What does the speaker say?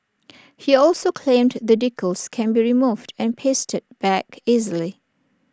he also claimed the decals can be removed and pasted back easily